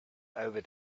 over